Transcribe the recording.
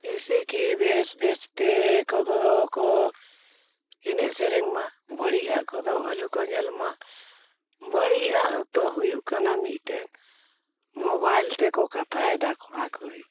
ᱡᱮᱭᱥᱮᱠᱤ ᱵᱮᱥ ᱵᱮᱥ ᱛᱮᱠᱚ ᱫᱚᱠᱚ ᱮᱱᱮᱡ ᱥᱮᱨᱮᱧ ᱢᱟ ᱵᱟᱹᱲᱤᱡ ᱟᱜ ᱠᱚᱫᱚ ᱟᱞᱚ ᱠᱚ ᱧᱮᱞᱢᱟ ᱵᱟᱹᱲᱤᱡ ᱟᱜ ᱫᱚ ᱦᱩᱭᱩᱜ ᱠᱟᱱᱟ ᱢᱤᱫᱴᱮᱱ ᱢᱳᱵᱟᱭᱤᱞ ᱛᱮᱠᱚ ᱠᱟᱛᱷᱟᱭᱮᱫᱟ ᱠᱚᱲᱟ ᱠᱩᱲᱤ